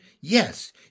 Yes